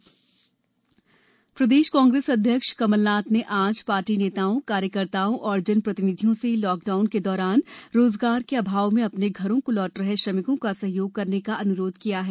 राजनीति कमलनाथ प्रदेश कांग्रेस अध्यक्ष कमलनाथ ने आज पार्टी नेताओं कार्यकर्ताओं और जनप्रतिनिधियों से लॉकडाउन के दौरान रोजगार के अभाव में अपने घरों को लौट रहे श्रमिकों का सहयोग करने का अन्रोध किया है